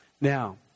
Now